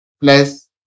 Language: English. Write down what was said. plus